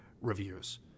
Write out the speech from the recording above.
reviews